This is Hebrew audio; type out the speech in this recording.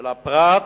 ולפרט,